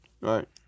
Right